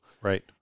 right